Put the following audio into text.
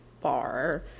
bar